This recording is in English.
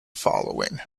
following